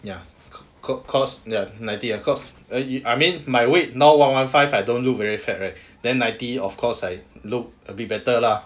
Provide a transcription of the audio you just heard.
ya cause cause ninety ah cause I mean my weight now one one five I don't look very fat right then ninety of course I look a bit better lah